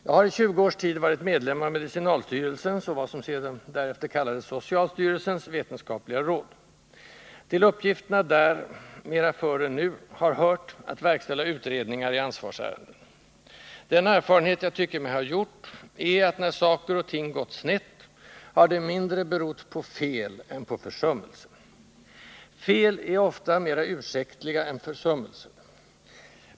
Jag har i tjugo års tid varit medlem av medicinalstyrelsens, och vad som därefter kallades socialstyrelsens, vetenskapliga råd. Till uppgifterna där, mera förr än nu, har hört att verkställa utredningar i ansvarsärenden. Den erfarenhet jag tycker mig ha gjort är att när saker och ting gått snett har det mindre berott på ”fel” än på ”försummelse”. Fel är ofta mer ursäktliga än försummelser.